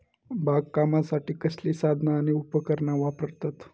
बागकामासाठी कसली साधना आणि उपकरणा वापरतत?